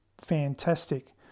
fantastic